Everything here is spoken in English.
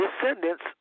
descendants